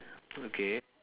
okay